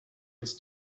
its